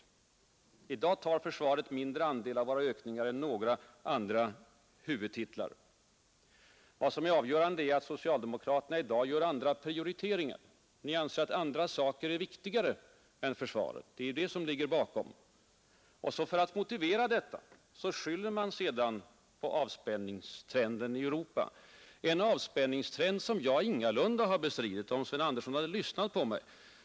I dag tar försvaret en mindre andel av våra utgiftsökningar än några andra huvudtitlar. Och i dag gör socialdemokraterna andra prioriteringar än tidigare. Ni anser att andra uppgifter är viktigare än försvaret. Det är detta som ligger bakom det förslag som nu diskuteras. Och för att motivera detta skyller ni sedan på avspänningstrenden i Europa — en avspänningstrend som jag ingalunda har bestridit, vilket herr Sven Andersson skulle ha insett om han hade lyssnat på mig.